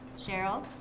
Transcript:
Cheryl